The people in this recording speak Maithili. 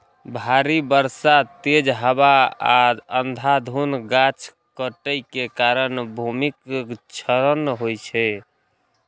भारी बर्षा, तेज हवा आ अंधाधुंध गाछ काटै के कारण भूमिक क्षरण होइ छै